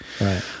Right